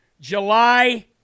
July